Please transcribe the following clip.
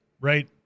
right